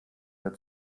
der